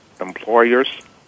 employers